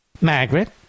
Margaret